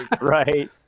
right